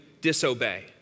disobey